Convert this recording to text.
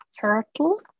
turtle